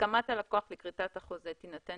הסכמת הלקוח לכריתת החוזה תינתן